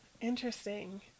Interesting